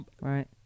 Right